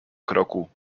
kroku